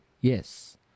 Yes